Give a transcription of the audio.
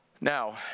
now